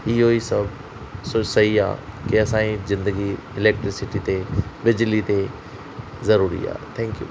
इहो ई सभु सही आहे की असांजी ज़िंदगी इलेक्ट्रिसिटी ते ॿिजली ते ज़रूरी आहे थैंक्यू